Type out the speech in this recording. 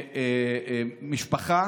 שמשפחה,